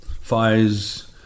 fires